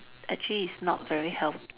actually it's not very healthy